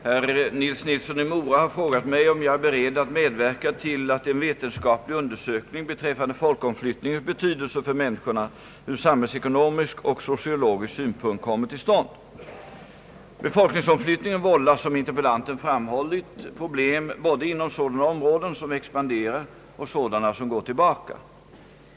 Herr talman! Herr Nils Nilsson i Mora har frågat mig om jag är beredd att medverka till att en vetenskaplig undersökning beträffande folkomflyttningens betydelse för människorna ur samhällsekonomisk och sociologisk synpunkt kommer till stånd. Befolkningsomflyttningen vållar som interpellanten framhållit problem både inom sådana områden som expanderar och sådana som går tillbaka.